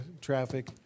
traffic